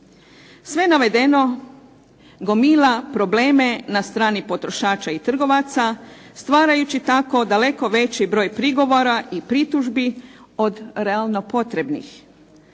Sve navedeno, gomila problema na strani potrošača i trgovaca stvarajući tako daleko veći broj prigovora i pritužbi od realno potrebni